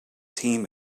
team